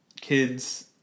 kids